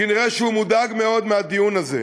כנראה שהוא מודאג מאוד מהדיון הזה.